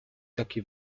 taki